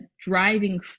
driving